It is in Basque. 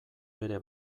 bere